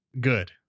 good